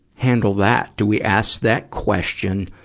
handle that? do we ask that question?